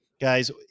Guys